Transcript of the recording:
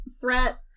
threat